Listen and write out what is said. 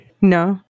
No